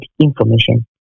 information